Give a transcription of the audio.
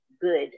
good